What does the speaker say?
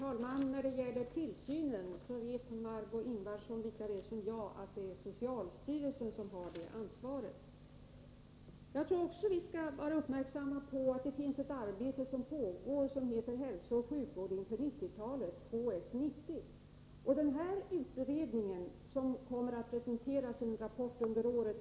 Herr talman! Margé Ingvardsson vet lika väl som jag att det är socialstyrelsen som har ansvaret för tillsynen. Jag tror att vi skall vara uppmärksamma på att det pågår en utredning som heter Hälsooch sjukvård inför 90-talet, HS 90. Den kommer att presenteras i ett betänkande under året.